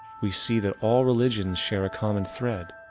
we see that all religions share a common thread.